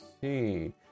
see